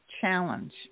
challenge